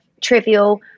trivial